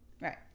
Right